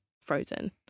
frozen